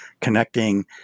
connecting